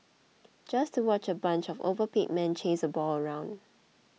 just to watch a bunch of overpaid men chase a ball around